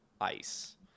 ice